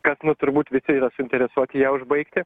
kad nu turbūt visi yra suinteresuoti ją užbaigti